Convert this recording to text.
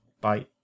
Bye